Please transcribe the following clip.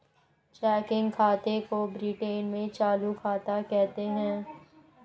checking खाते को Britain में चालू खाता कहते हैं